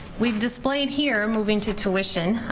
we've displayed here, moving to tuition,